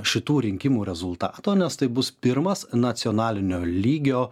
šitų rinkimų rezultato nes tai bus pirmas nacionalinio lygio